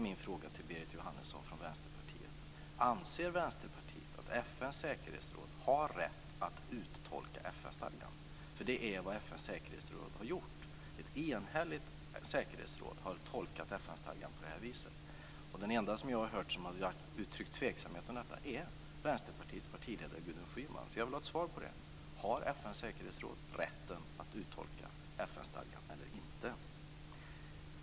Min fråga till Berit Jóhannesson från Vänsterpartiet är: Anser Vänsterpartiet att FN:s säkerhetsråd har rätt att uttolka FN-stadgan? Det är nämligen vad FN:s säkerhetsråd har gjort. Ett enhälligt säkerhetsråd har tolkat FN-stadgan på det här viset. Och den enda som jag har hört uttrycka tveksamhet över detta är Vänsterpartiets partiledare Gudrun Schyman, så jag vill ha ett svar på frågan: Har FN:s säkerhetsråd rätten att uttolka FN-stadgan eller inte?